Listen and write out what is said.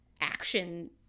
action